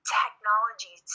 technology